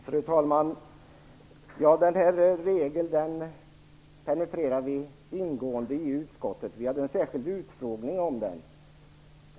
Fru talman! Denna regel har penetrerats ingående i utskottet, och vi hade en särskild utfrågning om den.